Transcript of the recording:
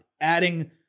adding